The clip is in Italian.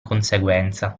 conseguenza